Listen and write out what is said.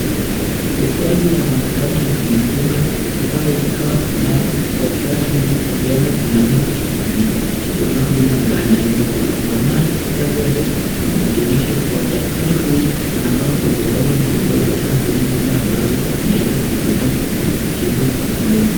Daktari huyu anaonekana akiifunga kifaa hicho nayo kwa kitanda hicho huenda kunaye jamaa huyu ambaye anaweza kufungwa na kando yake kuna dirisha kubwa. Daktari huyu anafaa kumpeleka mgonjwa huyu katika sehemu zile ambazo anaweza kupata kuitibu kamili.